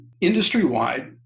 industry-wide